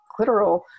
clitoral